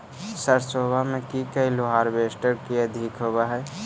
सरसोबा मे की कैलो हारबेसटर की अधिक होब है?